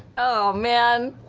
oh man.